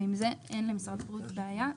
ועם זה אין למשרד הבריאות בעיה.